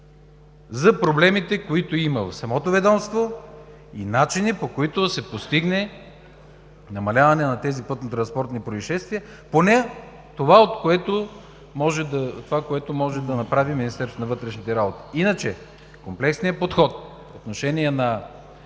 за проблемите, които има в самото ведомство, и начини, по които да се постигне намаляване на тези пътно-транспортни произшествия – поне това, което може да направи Министерството на вътрешните работи. Иначе комплексният подход по отношение на